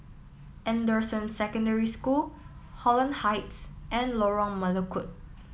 Anderson Secondary School Holland Heights and Lorong Melukut